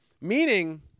meaning